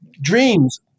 dreams